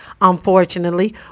unfortunately